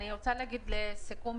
אני רוצה להגיד לסיכום,